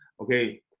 okay